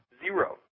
Zero